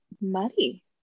muddy